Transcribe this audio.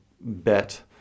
bet